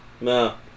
No